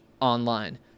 online